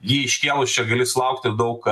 jį iškėlus čia gali sulaukti daug